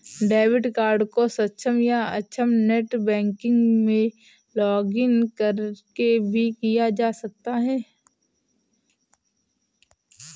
debit card को सक्षम या अक्षम नेट बैंकिंग में लॉगिंन करके भी किया जा सकता है